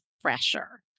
fresher